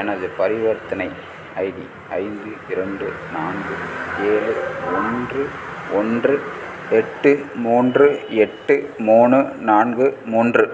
எனது பரிவர்த்தனை ஐடி ஐந்து இரண்டு நான்கு ஏழு ஒன்று ஒன்று எட்டு மூன்று எட்டு மூணு நான்கு மூன்று